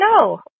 no